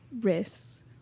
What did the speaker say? risks